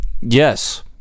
Yes